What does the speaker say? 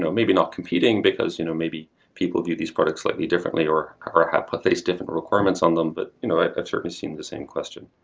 but maybe not competing, because you know maybe people view these products slightly differently or or place different requirements on them, but you know it's certainly seem the same question.